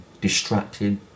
distracted